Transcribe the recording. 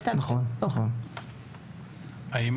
האם